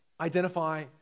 identify